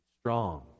Strong